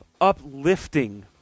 uplifting